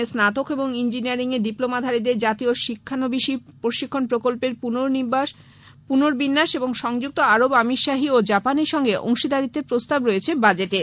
দক্ষতা উন্নয়নে স্নাতক এবং ইঞ্জিনিয়ারিং এ ডিপ্লোমাধারীদের জাতীয় শিক্ষানবিশী প্রশিক্ষণ প্রকল্পের পুনর্বিন্যাস এবং সংযুক্ত আরব আমির শাহী ও জাপানের সঙ্গে অংশীদারিত্বের প্রস্তাব রয়েছে বাজেটে